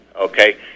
okay